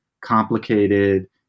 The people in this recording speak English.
complicated